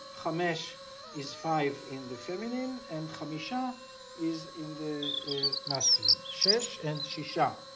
chamesh is five in the feminine and chamiisha is in the masculine. shesh and shiisha,